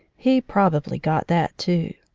he probably got that, too.